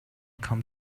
come